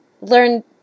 learn